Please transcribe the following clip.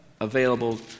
available